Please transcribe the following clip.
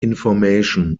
information